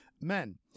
men